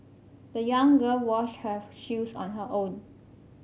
the young girl washed her shoes on her own